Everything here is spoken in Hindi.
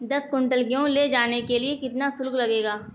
दस कुंटल गेहूँ ले जाने के लिए कितना शुल्क लगेगा?